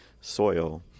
soil